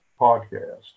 podcast